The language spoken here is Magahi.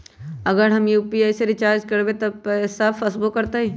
अगर हम यू.पी.आई से रिचार्ज करबै त पैसा फसबो करतई?